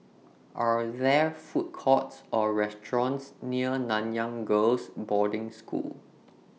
Are There Food Courts Or restaurants near Nanyang Girls' Boarding School